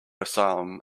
asylum